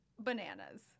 bananas